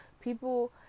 people